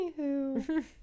Anywho